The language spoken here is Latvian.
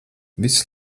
viss